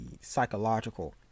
psychological